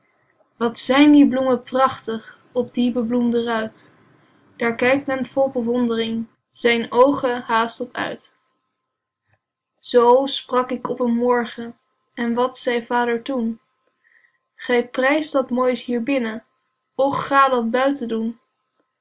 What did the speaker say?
wat zijn die bloemen prachtig op die bebloemde ruit daar kijkt men vol bewond'ring zijne oogen haast op uit zoo sprak ik op een morgen en wat zeî vader toen gij prijst dat moois hier binnen och ga dat buiten doen